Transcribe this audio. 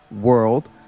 world